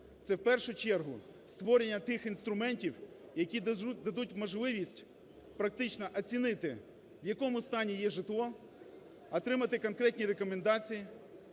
це, в першу чергу створення тих інструментів, які дадуть можливість практично оцінити, в якому стані є житло, отримати конкретні рекомендації,